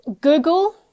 Google